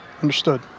Understood